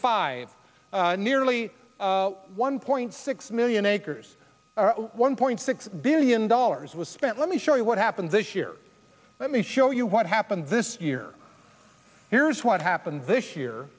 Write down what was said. five nearly one point six million acres one point six billion dollars was spent let me show you what happened this year let me show you what happened this year here's what happened this year